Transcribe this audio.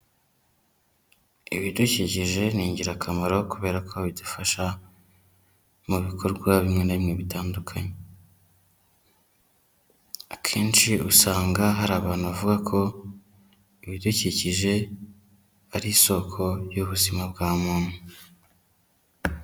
Ibidukikije ni ingirakamaro kubera ko bidufasha mu bikorwa bimwe na bimwe bitandukanye, akenshi usanga hari abantu bavuga ko ibidukikije ari isoko y'ubuzima bwa muntu.